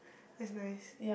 is nice